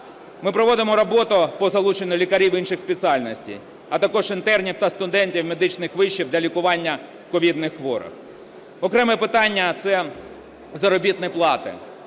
Ми проводимо роботу по залученню лікарів інших спеціальностей, а також інтернів та студентів медичних вишів для лікування ковідних хворих. Окреме питання – це заробітні плати.